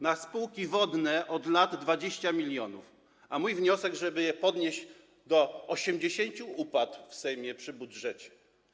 Na spółki wodne od lat jest 20 mln, a mój wniosek, żeby to podnieść do 80 mln, upadł w Sejmie przy budżecie.